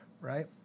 right